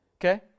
Okay